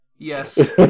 Yes